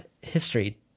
history